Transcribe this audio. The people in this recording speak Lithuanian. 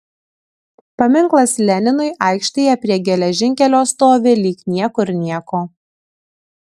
paminklas leninui aikštėje prie geležinkelio stovi lyg niekur nieko